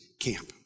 camp